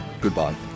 goodbye